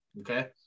Okay